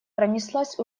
пронеслась